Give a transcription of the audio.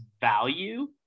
value